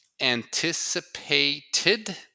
anticipated